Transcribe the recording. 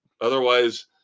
Otherwise